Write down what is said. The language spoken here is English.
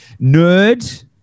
nerd